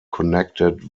connected